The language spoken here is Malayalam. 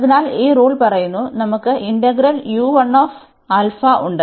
അതിനാൽ ഈ റൂൾ പറയുന്നു നമുക്ക് ഇന്റഗ്രൽ ഉണ്ട്